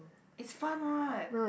is fun what